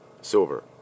silver